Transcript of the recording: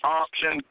option